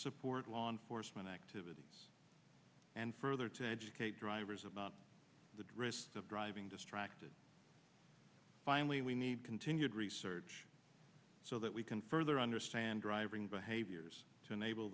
support law enforcement activities and further to educate drivers about the drifts of driving distracted finally we need continued research so that we can further understand driving behaviors to enable